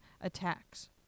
attacks